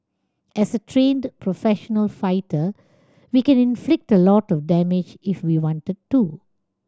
as a trained professional fighter we can inflict a lot of damage if we wanted to